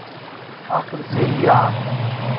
اکھ ذٔریعہٕ اکھ